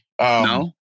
No